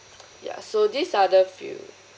ya so these are the few